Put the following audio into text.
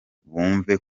bumve